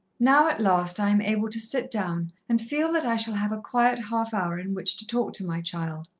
now at last i am able to sit down and feel that i shall have a quiet half-hour in which to talk to my child,